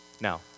Now